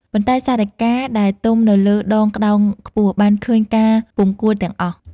ប៉ុន្តែ សារិកាដែលទំនៅលើដងក្ដោងខ្ពស់ បានឃើញការពុំគួរ ទាំងអស់ ។